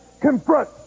confront